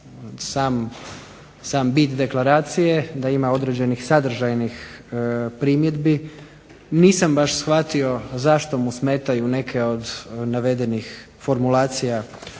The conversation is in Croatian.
sam bit deklaracije, da ima određenih sadržajnih primjedbi, nisam baš shvatio zašto mu smetaju neke od navedenih formulacija